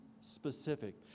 specific